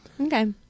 Okay